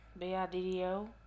B-I-D-D-O